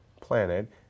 Planet